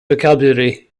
vocabulary